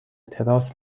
تراس